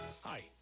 Hi